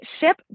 ship